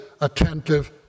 attentive